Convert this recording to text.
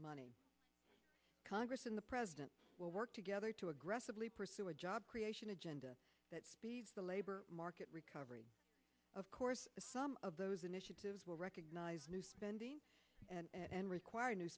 money congress and the president will work together to aggressively pursue a job creation agenda the labor market recovery of course some of those initiatives will recognize new spending and require new